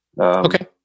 Okay